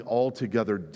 altogether